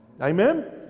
Amen